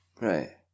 Right